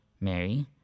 Mary